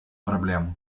проблему